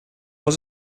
was